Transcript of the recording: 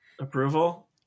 Approval